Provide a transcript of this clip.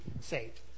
saved